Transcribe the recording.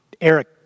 Eric